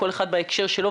כל אחד בהקשר שלו,